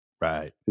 Right